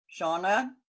Shauna